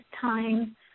time